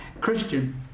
Christian